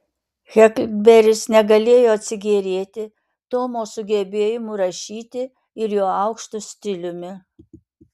heklberis negalėjo atsigėrėti tomo sugebėjimu rašyti ir jo aukštu stiliumi